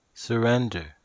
surrender